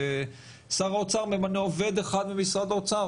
ושר האוצר ממנה עובד אחד ממשרד האוצר,